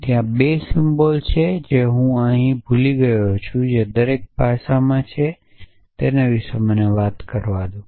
ત્યાં 2 સિમ્બોલ છે જે હું અહીં ભૂલી ગયો છું જે દરેક ભાષામાં છે તે વિશે મને વાત કરવા દો